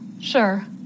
Sure